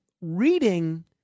reading